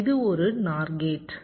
இது ஒரு NOR gate